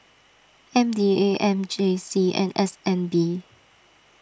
M D A M J C and S N B